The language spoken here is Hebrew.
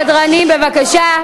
סדרנים, בבקשה.